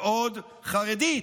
ועוד חרדית.